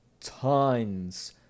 tons